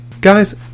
Guys